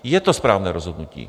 Je to správné rozhodnutí.